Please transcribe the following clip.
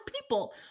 people